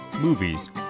movies